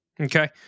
Okay